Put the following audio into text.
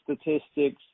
statistics